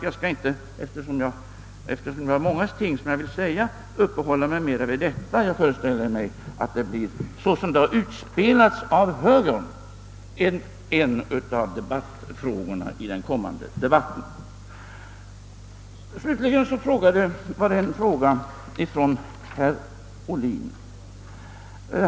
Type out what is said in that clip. Jag skall inte, eftersom det finns många ting som jag vill ta upp, uppehålla mig mera vid detta; såsom saken spelats ut av högern föreställer jag mig att det kommer att bli en av debattfrågorna i den kommande diskussionen. Slutligen fick jag en fråga av herr Ohlin.